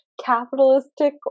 capitalistic